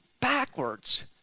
backwards